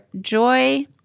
joy